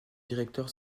directeur